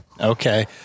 Okay